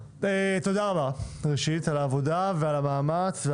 תודה רבה על העבודה ועל המאמץ.